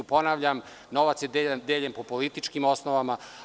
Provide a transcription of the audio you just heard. Ponavljam, novac je deljen po političkim osnovama.